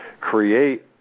create